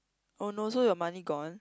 oh no so your money gone